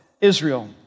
Israel